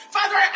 Father